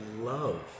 love